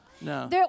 No